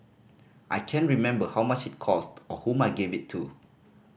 I can't remember how much it cost or whom I gave it to